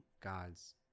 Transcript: God's